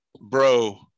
bro